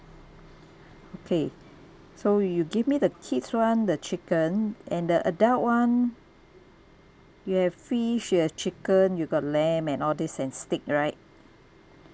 okay so you give me the kids one the chicken and the adult one you have fish you have chicken you got lamb and all this and steak right